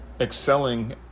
excelling